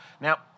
now